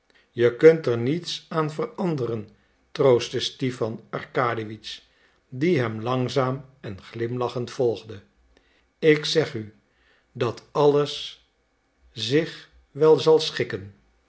je kunt er niets aan veranderen troostte stipan arkadiewitsch die hem langzaam en glimlachend volgde ik zeg u dat alles zich wel zal schikken